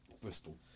Bristol